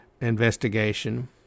investigation